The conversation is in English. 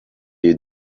you